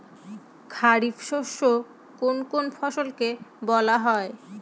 খারিফ শস্য কোন কোন ফসলকে বলা হয়?